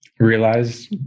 realize